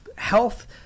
Health